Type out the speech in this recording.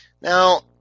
Now